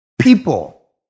people